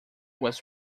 was